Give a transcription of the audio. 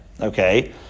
Okay